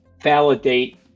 validate